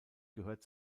gehört